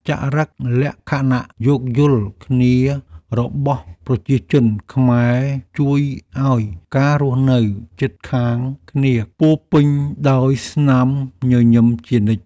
ចរិតលក្ខណៈយោគយល់គ្នារបស់ប្រជាជនខ្មែរជួយឱ្យការរស់នៅជិតខាងគ្នាពោរពេញដោយស្នាមញញឹមជានិច្ច។